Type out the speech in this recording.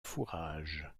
fourrage